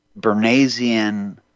Bernaysian